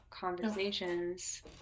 conversations